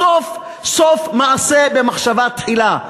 בסוף, סוף מעשה במחשבה תחילה.